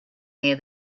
near